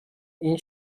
این